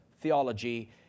theology